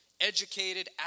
educated